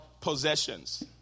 possessions